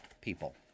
people